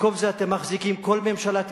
במקום זה אתם מחזיקים כל ממשלה,